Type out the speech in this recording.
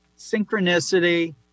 synchronicity